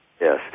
Yes